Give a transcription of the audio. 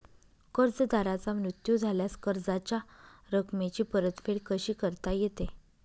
कर्जदाराचा मृत्यू झाल्यास कर्जाच्या रकमेची परतफेड कशी करता येते?